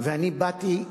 ואני באתי,